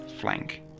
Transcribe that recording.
flank